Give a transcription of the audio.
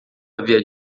havia